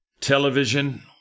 television